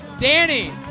Danny